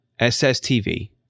SSTV